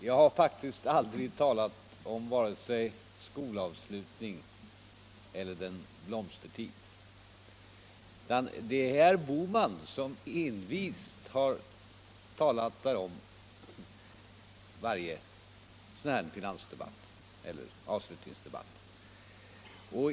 Jag har faktiskt aldrig talat om vare sig skolavslutning eller Den blomstertid ..., utan det är herr Bohman som envist har talat därom vid varje debatt av den här karaktären de senaste åren.